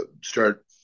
start